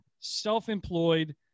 self-employed